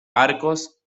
arcos